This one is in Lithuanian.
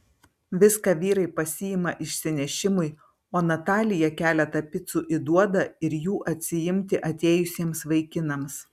viską vyrai pasiima išsinešimui o natalija keletą picų įduoda ir jų atsiimti atėjusiems vaikinams